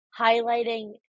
highlighting